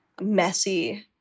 messy